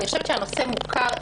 הנושא מוכר.